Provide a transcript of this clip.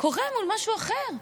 קורה מול משהו אחר.